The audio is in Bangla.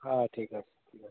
হ্যাঁ ঠিক আছে ঠিক আছে